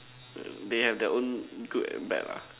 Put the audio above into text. they have their own good and bad lah